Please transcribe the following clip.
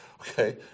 Okay